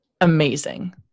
amazing